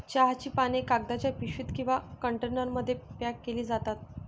चहाची पाने कागदाच्या पिशवीत किंवा कंटेनरमध्ये पॅक केली जातात